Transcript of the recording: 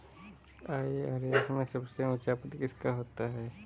IRS में सबसे ऊंचा पद किसका होता है?